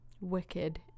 wicked